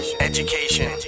education